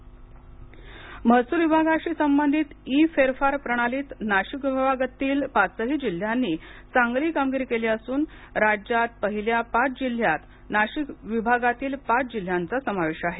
इ फेरफार प्रणाली महसूल विभागाशी संबंधित ई फेरफार प्रणालीत नाशिक विभागातील पाचही जिल्ह्यांनी चांगली कामगिरी केली असून राज्यात पहिल्या पाच जिल्ह्यात नाशिक विभागातील पाच जिल्ह्यांचा समावेश आहे